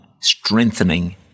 strengthening